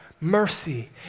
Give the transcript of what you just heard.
mercy